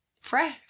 Fresh